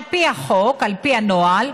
על פי החוק, על פי הנוהל,